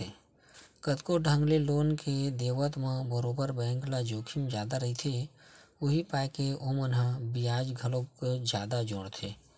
कतको ढंग के लोन के देवत म बरोबर बेंक ल जोखिम जादा रहिथे, उहीं पाय के ओमन ह बियाज घलोक जादा जोड़थे